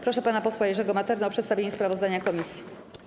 Proszę pana posła Jerzego Maternę o przedstawienie sprawozdania komisji.